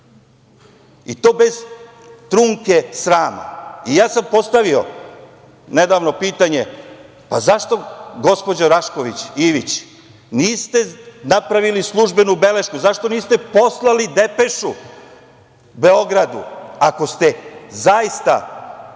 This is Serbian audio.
i to bez trunke srama. Nedavno sam postavio pitanje – zašto gospođo Sanda Rašković Ivić niste napravili službenu belešku, zašto niste poslali depešu Beogradu ako ste zaista imali